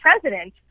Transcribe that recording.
president